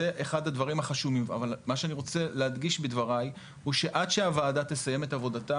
מה שאני רוצה להדגיש בדברי הוא שעד הוועדה תסיים את עבודתה